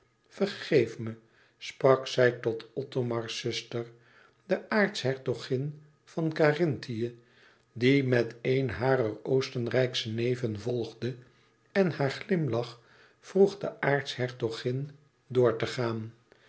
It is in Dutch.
vergeef me sprak zij tot othomars zuster de aartshertogin van karinthië die met een harer oostenrijksche neven volgde en haar glimlach vroeg de aartshertogin door te gaan